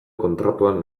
kontratuan